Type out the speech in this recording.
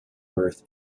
birth